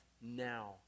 now